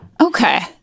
Okay